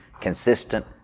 consistent